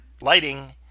lighting